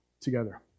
together